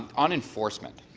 on enforcement,